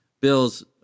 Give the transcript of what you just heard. Bills